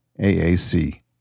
AAC